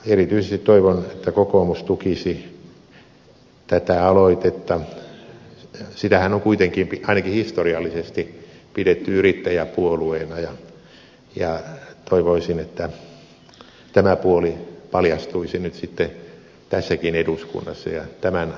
erityisesti toivon että kokoomus tukisi tätä aloitetta sitähän on kuitenkin ainakin historiallisesti pidetty yrittäjäpuolueena ja toivoisin että tämä puoli paljastuisi nyt sitten tässäkin eduskunnassa ja tämän hallituksen hallitessa